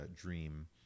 dream